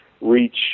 reach